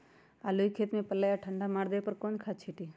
आलू के खेत में पल्ला या ठंडा मार देवे पर कौन खाद छींटी?